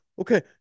Okay